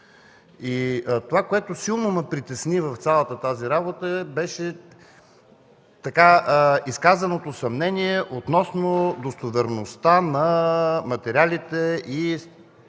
това, което силно ме притесни в цялата тази работа, беше изказаното съмнение относно достоверността на материалите и страниците